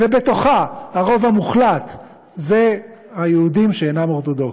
ובתוכה הרוב המוחלט הוא היהודים שאינם אורתודוקסים.